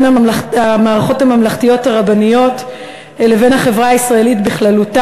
המערכות הממלכתיות הרבניות ובין החברה הישראלית כולה.